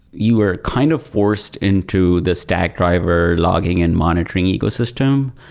you are kind of forced into the stack driver logging and monitoring ecosystem.